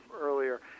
earlier